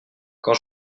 quand